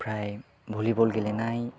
ओमफ्राय भलिबल गेलेनाय